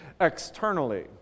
externally